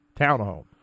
Townhome